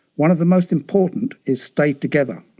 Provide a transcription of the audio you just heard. one of the most important is stay together,